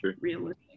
realistic